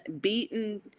beaten